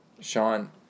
Sean